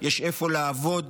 יש איפה לעבוד.